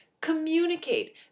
Communicate